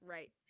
Right